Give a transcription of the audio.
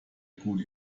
gute